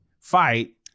fight